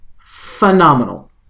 phenomenal